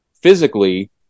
physically